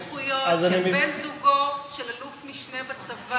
והכיר בזכויות של בן-זוגו של אלוף-משנה בצבא.